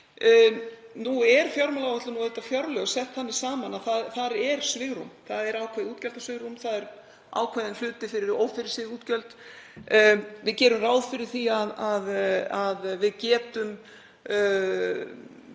Nú er fjármálaáætlun og auðvitað fjárlög sett þannig saman að þar er svigrúm. Það er ákveðið útgjaldasvigrúm, það er ákveðinn hluti fyrir ófyrirséð útgjöld. Við gerum ráð fyrir því að við getum